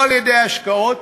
או על-ידי השקעות,